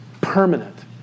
permanent